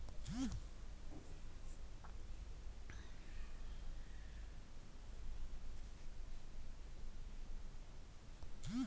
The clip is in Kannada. ಚೈನ ಗ್ರಾಸನ್ನು ಚೆನ್ನಾಗ್ ಕುದ್ಸಿ ಹೊರಬರೋ ಮೆತುಪಾಕದಂತಿರೊ ವಸ್ತುನ ಒಣಗ್ಸಿ ಕಡ್ಡಿ ರೂಪ್ದಲ್ಲಿಡ್ತರೆ